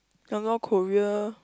some more Korea